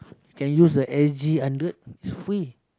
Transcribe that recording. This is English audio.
can use the s_g hundred is free